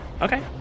Okay